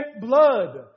blood